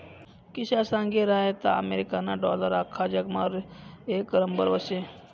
किशा सांगी रहायंता अमेरिकाना डालर आख्खा जगमा येक नंबरवर शे